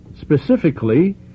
specifically